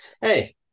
hey